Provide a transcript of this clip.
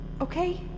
Okay